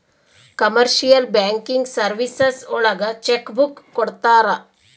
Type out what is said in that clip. commercial banking services ಒಳಗ cheque book ಕೊಡ್ತಾರ